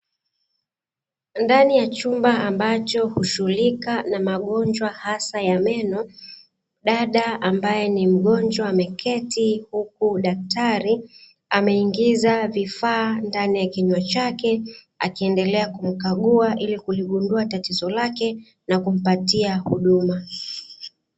Ndani ya chumba ambacho hushughulika na magonjwa hasa ya meno, dada ambaye ni mgonjwa ameketi, huku daktari ameingiza vifaa ndani ya kinywa chake akiendelea kumkagua ili kuligundua tatizo lake na kumpatia huduma.